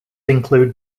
include